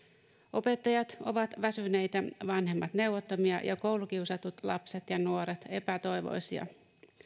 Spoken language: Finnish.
opettajat ovat väsyneitä vanhemmat neuvottomia ja koulukiusatut lapset ja nuoret epätoivoisia